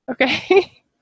Okay